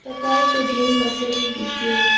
तपाईँको दिन कसरी बित्यो